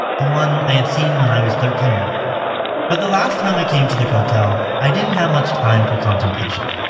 the one i had seen when i was thirteen but the last time i came to the kotel, i didn't have much time for contemplation.